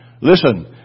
Listen